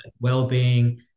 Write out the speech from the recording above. well-being